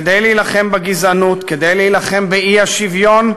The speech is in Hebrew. כדי להילחם בגזענות, כדי להילחם באי-שוויון,